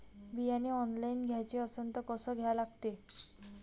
बियाने ऑनलाइन घ्याचे असन त कसं घ्या लागते?